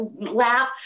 lap